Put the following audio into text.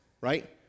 right